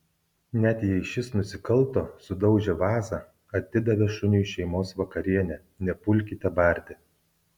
net jei šis nusikalto sudaužė vazą atidavė šuniui šeimos vakarienę nepulkite barti